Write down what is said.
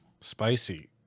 Spicy